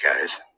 guys